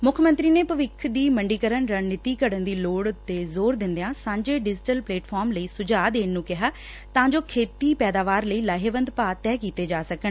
ਮੁੱਖ ਮੰਤਰੀ ਨੇ ਭਵਿੱਖ ਦੀ ਮੰਡੀਕਰਨ ਰਣਨੀਤੀ ਘੜਣ ਦੀ ਲੋੜ ਤੇ ਜ਼ੋਰ ਦਿੰਦਿਆਂ ਸਾਂਝੇ ਡਿਜੀਟਲ ਪਲੇਟਫਾਰਮ ਲਈ ਸੁਝਾਅ ਦੇਣ ਨੰ ਕਿਹਾ ਤਾ ਜੋ ਖੇਤੀ ਪੈਦਾਵਾਰ ਲਈ ਲਾਹੇਵੰਦ ਭਾਅ ਤੈਅ ਕੀਤੇ ਜਾ ਸਕਣ